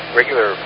regular